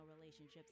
relationships